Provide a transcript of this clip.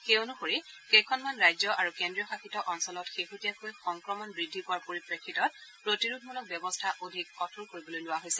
সেই অনুসৰি কেইখনমান ৰাজ্য আৰু কেন্দ্ৰীয় শাসিত অঞ্চলত শেহতীয়াকৈ সংক্ৰমণ বৃদ্ধি পোৱাৰ পৰিপ্ৰেক্ষিতত প্ৰতিৰোধমূলক ব্যৱস্থা অধিক কঠোৰ কৰিবলৈ কোৱা হৈছে